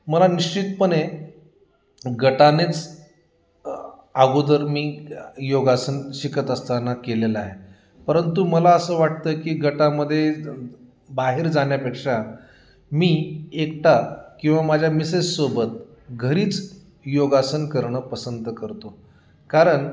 मला निश्चितपणे गटानेच अगोदर मी योगासन शिकत असताना केलेलं आहे परंतु मला असं वाटतं की गटामध्ये बाहेर जाण्या्पेक्षा मी एकटा किंवा माझ्या मिसेससोबत घरीच योगासन करणं पसंत करतो कारण